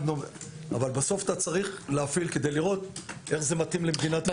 אבל בסוף אתה צריך להפעיל כדי לראות איך זה מתאים למדינת ישראל.